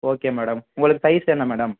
okay madam உங்களுக்கு size என்ன madam